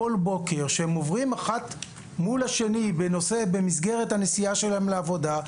כל בוקר הם עוברים אחת מול השני במסגרת הנסיעה שלהם לעבודה,